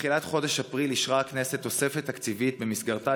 בתחילת חודש אפריל אישרה הכנסת תוספת תקציבית שבמסגרתה